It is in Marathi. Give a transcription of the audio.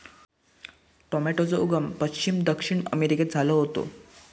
टॉमेटोचो उगम पश्चिम दक्षिण अमेरिकेत झालो होतो